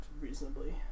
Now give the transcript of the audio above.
reasonably